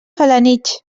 felanitx